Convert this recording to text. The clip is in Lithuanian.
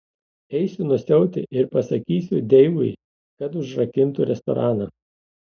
eisiu nusiauti ir pasakysiu deivui kad užrakintų restoraną